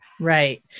Right